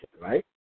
right